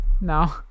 no